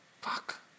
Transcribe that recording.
Fuck